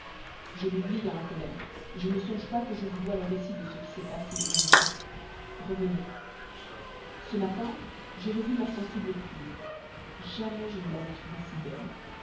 je m'oublie dans ma colère je ne songe pas que je vous dois le récit de ce qui s'est passé aujourd'hui revenons ce matin j'ai revu ma sensible prude jamais je ne l'avais trouvée si belle